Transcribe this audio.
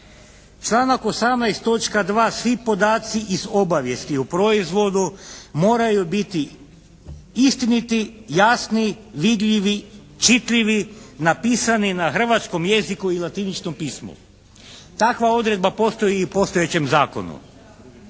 Članak 18. točka 2. svi podaci iz obavijesti o proizvodu moraju biti istiniti, jasni, vidljivi, čitljivi, napisani na hrvatskom jeziku i latiničnom pismu. Takva odredba postoji i u postojećem zakonu.